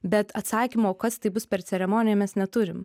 bet atsakymo kas tai bus per ceremonija mes neturim